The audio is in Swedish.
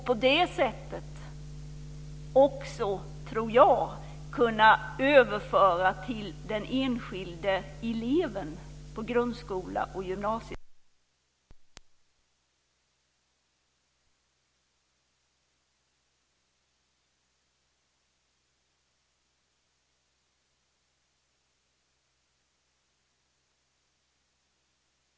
På det sättet ska man, tror jag, kunna överföra till den enskilde eleven på grundskola och gymnasieskola en bättre helhetsbild av världen - om jag ska uttrycka mig lite högtidligt. Det är kanske där som jag i dag ser den största möjligheten att rekrytera fler bra lärare till naturvetenskapliga och tekniska ämnen. Det innebär naturligtvis att varje enskild skolenhet följer med i utvecklingen och inte låser tjänstefördelningar på ett sätt att det inte går att utnyttja den typen av ny ämneskombination.